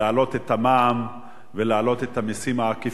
את המע"מ ולהעלות את המסים העקיפים,